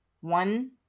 one